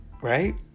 Right